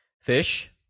Fish